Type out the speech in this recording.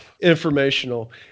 informational